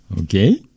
Okay